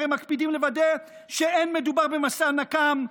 הם מקפידים לוודא שאין מדובר במסע נקם,